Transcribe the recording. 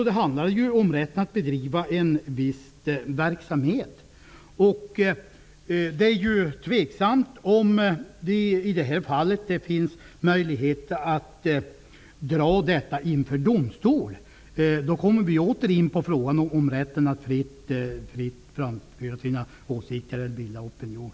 Det handlar om rätten att bedriva en viss verksamhet. Det är ju tveksamt om det i det här fallet finns möjlighet att dra saken inför domstol. Då kommer vi åter in på frågan om rätten att fritt framföra sina åsikter och att bilda opinion.